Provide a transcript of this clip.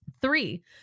Three